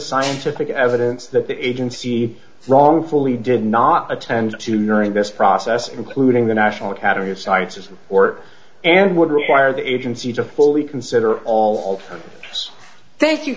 scientific evidence that the agency wrongfully did not attend to knowing this process including the national academy of sciences or and would require the agency to fully consider all of us thank you